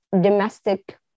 domestic